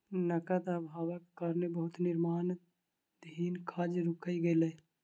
नकद अभावक कारणें बहुत निर्माणाधीन काज रुइक गेलै